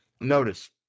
notice